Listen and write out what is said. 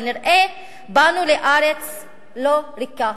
שכנראה באנו לארץ לא ריקה.